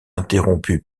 interrompu